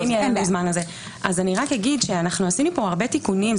רק אגיד שעשינו פה הרבה תיקונים,